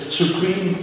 supreme